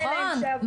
נכון,